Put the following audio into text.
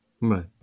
Right